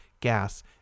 gas